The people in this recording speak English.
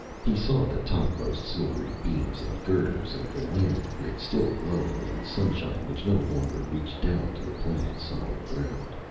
he saw the topmost silvery beams and girders of the landing grid still glowing in sunshine which no longer reached down to the planet's solid ground.